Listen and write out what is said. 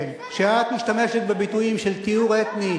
כן, כשאת משתמשת בתיאורים של טיהור אתני,